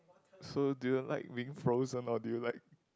so do you like being frozen or do you like